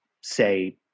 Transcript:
say